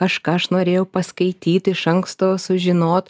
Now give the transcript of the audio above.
kažką aš norėjau paskaityt iš anksto sužinot